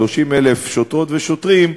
30,000 שוטרות ושוטרים,